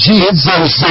Jesus